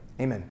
amen